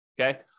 okay